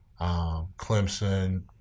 Clemson